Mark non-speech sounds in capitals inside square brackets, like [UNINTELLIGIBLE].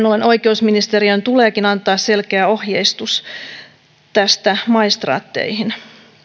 [UNINTELLIGIBLE] ollen oikeusministeriön tuleekin antaa selkeä ohjeistus tästä maistraatteihin